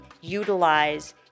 utilize